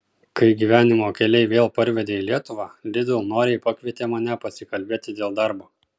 kai gyvenimo keliai vėl parvedė į lietuvą lidl noriai pakvietė mane pasikalbėti dėl darbo